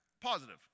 positive